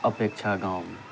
اپیکچھا گاؤں میں